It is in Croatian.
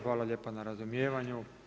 Hvala lijepa na razumijevanju.